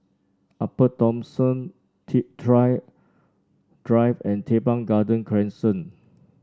Upper Thomson Thrift Drive Drive and Teban Garden Crescent